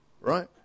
right